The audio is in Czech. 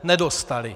Nedostaly.